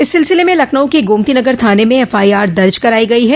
इस सिलसिले में लखनऊ के गोमतीनगर थाने में एफ आई आर दर्ज कराई गई है